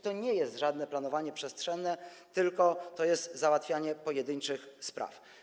To nie jest żadne planowanie przestrzenne, tylko załatwianie pojedynczych spraw.